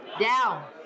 Down